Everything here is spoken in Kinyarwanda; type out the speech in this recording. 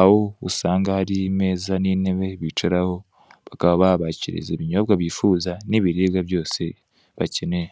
aho usanga hari intebe n'imeza bicaraho, bakaba babakiriza ibinyobwa bifuza n'ibiribwa byose bakeneye.